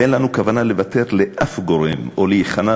ואין לנו כוונה לוותר לאף גורם או להיכנע